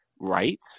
right